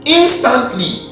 instantly